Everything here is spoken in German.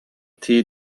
tee